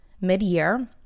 mid-year